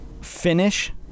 finish